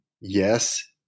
yes